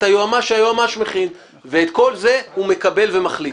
היועמ"ש שהיועמ"ש מכין ואת כל הוא מקבל ומחליט.